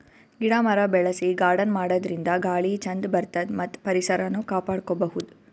ಗಿಡ ಮರ ಬೆಳಸಿ ಗಾರ್ಡನ್ ಮಾಡದ್ರಿನ್ದ ಗಾಳಿ ಚಂದ್ ಬರ್ತದ್ ಮತ್ತ್ ಪರಿಸರನು ಕಾಪಾಡ್ಕೊಬಹುದ್